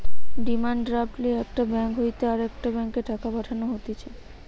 demand draft লিয়ে একটা bank হইতে আরেকটা ব্যাংকে টাকা পাঠানো হতিছে